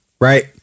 right